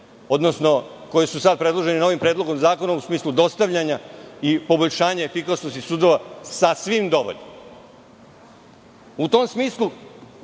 odnosno koje su sada predložene novim predlogom zakona, u smislu dostavljanja i poboljšanja efikasnosti sudova, sasvim dovoljno.U